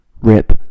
Rip